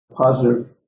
positive